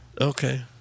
Okay